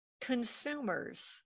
consumers